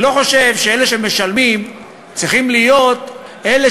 אני לא חושב שאלה שמשלמים צריכים להיות אלה